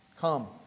Come